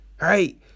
right